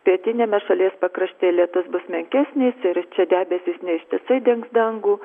pietiniame šalies pakraštyje lietus bus menkesnis ir čia debesys neištisai dengs dangų